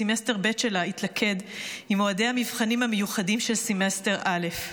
וסמסטר ב' שלה התלכד עם מועדי המבחנים המיוחדים של סמסטר א',